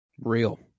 real